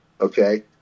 Okay